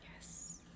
Yes